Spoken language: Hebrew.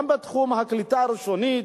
גם בתחום הקליטה הראשונית.